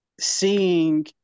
seeing